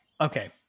Okay